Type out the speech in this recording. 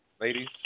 Ladies